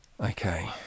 Okay